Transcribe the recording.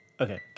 okay